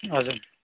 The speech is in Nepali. हजुर